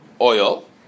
oil